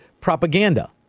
propaganda